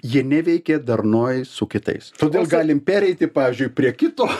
jie neveikia darnoj su kitais todėl galim pereiti pavyzdžiui prie kito